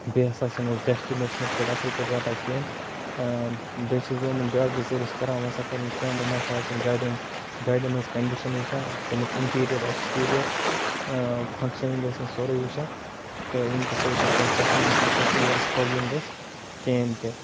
بیٚیہِ ہَسا چھِنہٕ أسۍ ڈیٚسٹِنیشنَس پیٹھ اصل پٲٹھۍ واتان کِہیٖنۍ بیٚیہِ چھُس بہٕ یِمَن بیاکھ گُزٲرِش کَران یِم ہَسا کَرِنۍ کٲم یِم ہَسا آسِنۍ گاڑٮ۪ن گاڑٮ۪ن ہٕنٛز کَنڈِشَن وٕچھان تمیُک اِنٹیٖریر ایٚکسٹیٖریر فَنٛگشَنِنٛگ آسِنۍ سورُے وٕچھان تہٕ ییٚمہِ کہِ سۭتۍ نہٕ کٲنٛسہِ پیٚشَن پیٚسَنجَرَس پرابلم گَژھِ کِہیٖنۍ تہِ